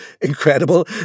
incredible